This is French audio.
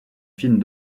films